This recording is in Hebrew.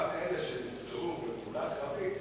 גם אלה שנפצעו בפעולה קרבית,